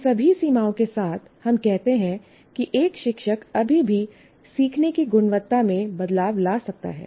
इन सभी सीमाओं के साथ हम कहते हैं कि एक शिक्षक अभी भी सीखने की गुणवत्ता में बदलाव ला सकता है